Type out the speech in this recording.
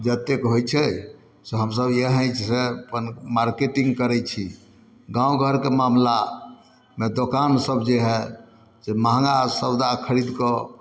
जतेक होइ छै से हमसभ यहीसँ अपन मार्केटिंग करै छी गाँव घरके मामिलामे दोकान सभ जे हइ से महँगा सौदा खरीदकऽ